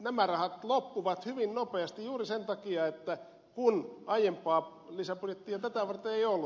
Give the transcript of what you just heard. nämä rahat loppuvat hyvin nopeasti juuri sen takia että aiempaa lisäbudjettia tätä varten ei ollut